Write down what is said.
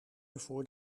ervoor